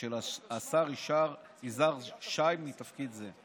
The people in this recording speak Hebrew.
של השר יזהר שי מתפקיד זה.